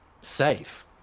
safe